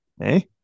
Hey